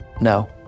No